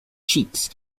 cheeks